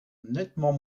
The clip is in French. nettement